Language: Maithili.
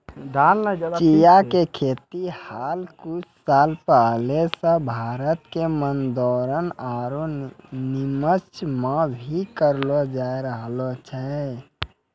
चिया के खेती हाल कुछ साल पहले सॅ भारत के मंदसौर आरो निमच मॅ भी करलो जाय रहलो छै